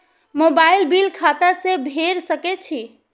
Mobile bill खाता से भेड़ सके छि?